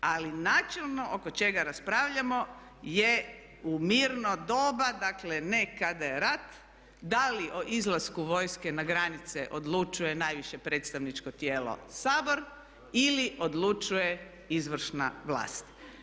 Ali načelno oko čega raspravljamo je u mirno doba, dakle ne kada je rat, da li o izlasku vojske na granice odlučuje najviše predstavničko tijelo Sabor ili odlučuje izvršna vlast.